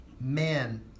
man